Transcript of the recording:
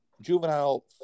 juvenile